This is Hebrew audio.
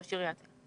ראש עיריית אילת.